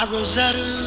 Rosetta